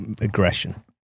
aggression